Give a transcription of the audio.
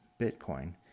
Bitcoin